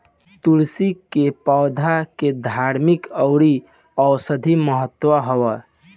तुलसी के पौधा के धार्मिक अउरी औषधीय महत्व हवे